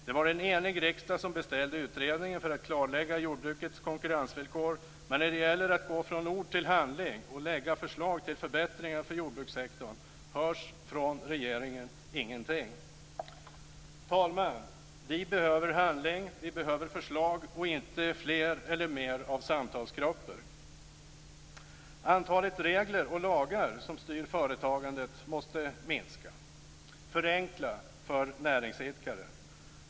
Det var en enig riksdag som beställde utredningen för att klarlägga jordbrukets konkurrensvillkor. Men när det gäller att gå från ord till handling och lägga fram förslag till förbättringar för jordbrukssektorn hörs ingenting från regeringen. Herr talman! Vi behöver handling, vi behöver förslag och inte fler eller mer av samtalsgrupper. Antalet regler och lagar som styr företagandet måste minska. Förenkla för näringsidkaren!